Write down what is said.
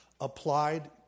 applied